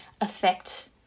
affect